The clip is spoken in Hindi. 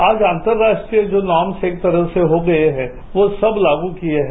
आज अंतर्राष्ट्रीय जो नॉर्म्सड एक तरह से हो गए हैं वो सब लागू किए हैं